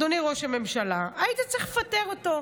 אדוני ראש הממשלה, היית צריך לפטר אותו.